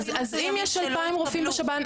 אז אם יש 2,000 רופאים בשב"ן,